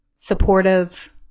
supportive